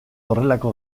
horrelako